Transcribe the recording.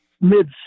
mid